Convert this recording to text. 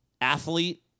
athlete